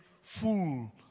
fool